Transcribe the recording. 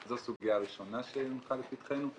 זו סוגיה ראשונה שהונחה לפתחנו.